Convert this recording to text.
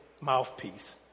mouthpiece